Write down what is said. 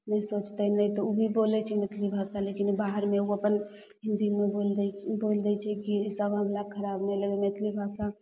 कि सोचतै नहि तऽ ओ भी बोलै छै मैथिली भाषा लेकिन बाहरमे ओ अपन हिन्दीमे बोलि दै छै कि सामनेवलाके खराब नहि लागै मैथिली भाषा